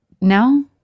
No